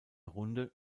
runde